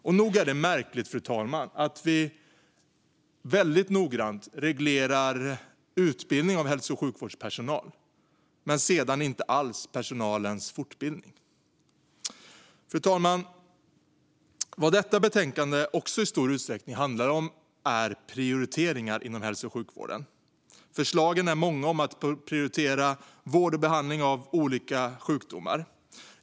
Och nog är det märkligt att vi mycket noggrant reglerar utbildning av hälso och sjukvårdspersonal men sedan inte alls personalens fortbildning. Fru talman! Vad detta betänkande också i stor utsträckning handlar om är prioriteringar inom hälso och sjukvården. Förslagen är många om att prioritera vård och behandling av olika sjukdomar.